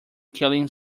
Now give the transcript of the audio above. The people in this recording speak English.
killing